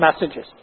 messages